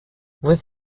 with